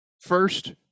First